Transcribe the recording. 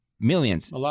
Millions